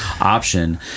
option